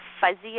fuzzy